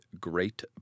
Great